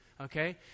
Okay